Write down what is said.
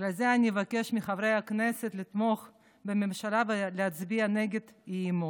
בגלל זה אני אבקש מחברי הכנסת לתמוך בממשלה ולהצביע נגד האי-אמון.